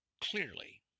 clearly